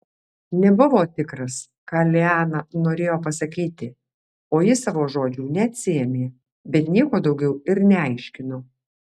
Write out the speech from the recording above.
nebuvo tikras ką liana norėjo pasakyti o ji savo žodžių neatsiėmė bet nieko daugiau ir neaiškino